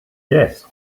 yes